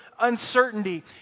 uncertainty